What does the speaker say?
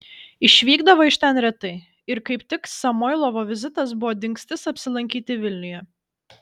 išvykdavo iš ten retai ir kaip tik samoilovo vizitas buvo dingstis apsilankyti vilniuje